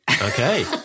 Okay